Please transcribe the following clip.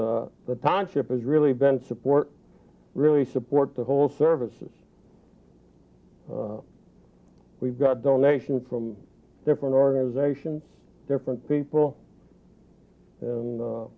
but the township has really been support really support the whole services we've got donation from different organizations different people and